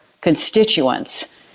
constituents